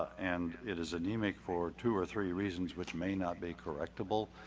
and it is a nemic for two or three reasons which may not be correctable.